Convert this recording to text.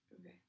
Okay